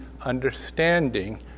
understanding